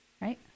Right